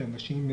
שאנשים,